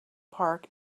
park